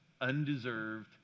Undeserved